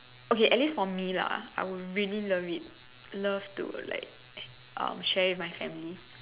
okay at least for me lah I would really love it I would really love to share with my family